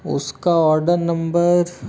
उसका order number